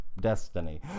destiny